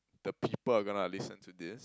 the people are gonna listen to this